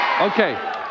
Okay